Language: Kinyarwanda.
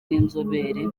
n’inzobere